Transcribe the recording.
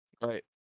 Right